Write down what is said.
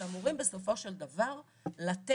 שאמורים בסופו של דבר להטיל